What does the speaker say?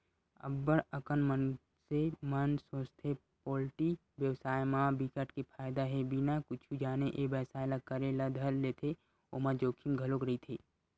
अब्ब्ड़ अकन मनसे मन सोचथे पोल्टी बेवसाय म बिकट के फायदा हे बिना कुछु जाने ए बेवसाय ल करे ल धर लेथे ओमा जोखिम घलोक रहिथे